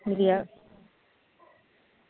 ते